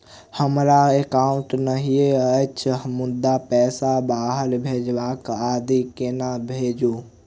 हमरा एकाउन्ट नहि अछि मुदा पैसा बाहर भेजबाक आदि केना भेजू?